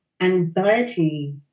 anxiety